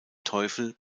teufel